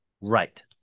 Right